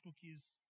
cookies